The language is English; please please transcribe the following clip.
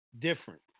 Different